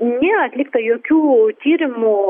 nėra atlikta jokių tyrimų